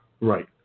Right